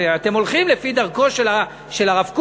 אתם הולכים לפי דרכו של הרב קוק,